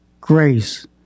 grace